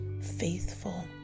faithful